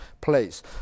place